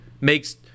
makes